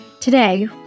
Today